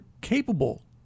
capable